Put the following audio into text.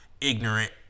ignorant